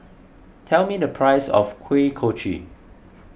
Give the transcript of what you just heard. tell me the price of Kuih Kochi